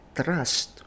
trust